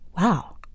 wow